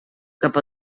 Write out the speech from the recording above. cap